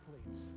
athletes